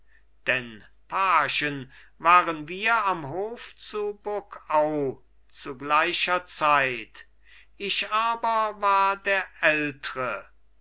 denn pagen waren wir am hof zu burgau zu gleicher zeit ich aber war der ältre